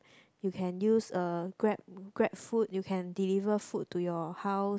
you can use a Grab Grab Food you can deliver food to your house